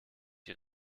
die